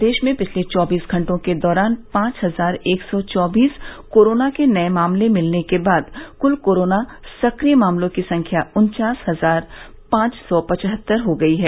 प्रदेश में पिछले चौबीस घंटों के दौरान पांच हजार एक सौ चौबीस कोरोना के नये मामले मिलने के बाद क्ल कोरोना सक्रिय मामलों की संख्या उन्चास हजार पांच सौ पचहत्तर हो गई हैं